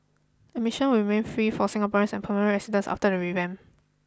admission will remain free for Singaporeans and permanent residents after the revamp